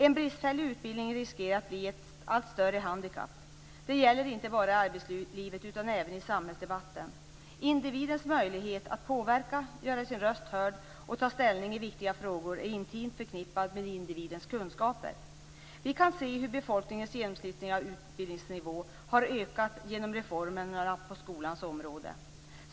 En bristfällig utbildning riskerar att bli ett allt större handikapp. Det gäller inte bara i arbetslivet utan även i samhällsdebatten. Individens möjlighet att påverka, göra sin röst hörd och ta ställning i viktiga frågor är intimt förknippad med individens kunskaper. Vi kan se hur befolkningens genomsnittliga utbildningsnivå har ökat genom reformerna på skolans område.